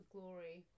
Glory